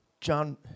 John